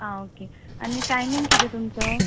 आं आनी टायमींग किदें तुमचो